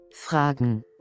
Fragen